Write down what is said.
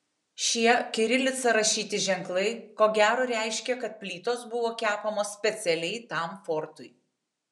šie kirilica rašyti ženklai ko gero reiškia kad plytos buvo kepamos specialiai tam fortui